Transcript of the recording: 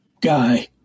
guy